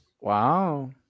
Wow